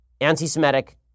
anti-Semitic